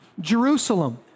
Jerusalem